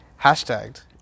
Hashtagged